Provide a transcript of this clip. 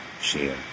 share